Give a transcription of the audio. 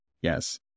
Yes